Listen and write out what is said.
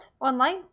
online